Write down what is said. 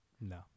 No